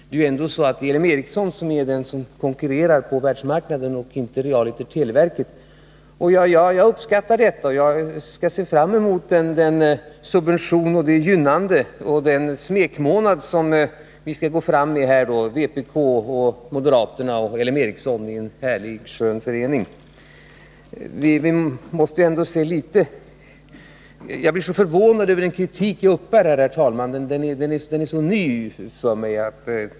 Det är väl ändå så att det är L M Ericsson som konkurrerar på världsmarknaden, inte realiter televerket. Jag uppskattar detta och ser fram emot den subventionering, det gynnande och den smekmånad som vi kommer att få vpk, moderaterna och L M Ericsson i en härligt skön förening. Jag blir så förvånad över den kritik jag uppbär här, herr talman! Den är så ny för mig.